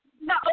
No